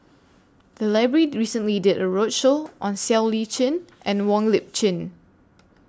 The Library recently did A roadshow on Siow Lee Chin and Wong Lip Chin